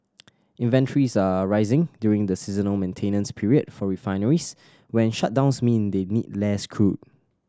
inventories are rising during the seasonal maintenance period for refineries when shutdowns mean they need less crude